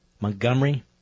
Montgomery